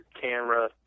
camera